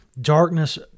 Darkness